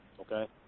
Okay